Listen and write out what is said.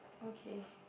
okay